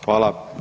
Hvala.